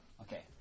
Okay